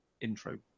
intro